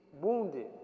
wounded